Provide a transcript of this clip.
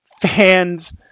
fans